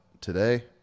today